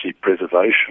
preservation